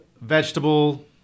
vegetable